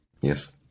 Yes